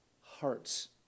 hearts